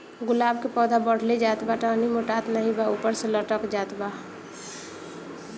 गुलाब क पौधा बढ़ले जात बा टहनी मोटात नाहीं बा ऊपर से लटक जात बा?